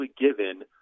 given